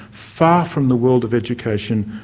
far from the world of education,